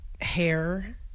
hair